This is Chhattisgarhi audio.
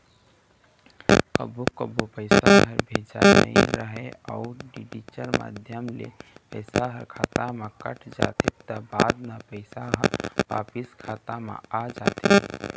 कभू कभू पइसा ह भेजाए नइ राहय अउ डिजिटल माध्यम ले पइसा ह खाता म कट जाथे त बाद म पइसा ह वापिस खाता म आ जाथे